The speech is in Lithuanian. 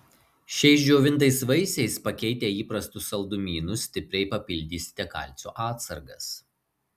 šiais džiovintais vaisiais pakeitę įprastus saldumynus stipriai papildysite kalcio atsargas